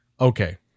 okay